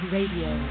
Radio